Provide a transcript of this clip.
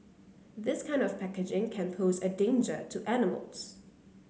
this kind of packaging can pose a danger to animals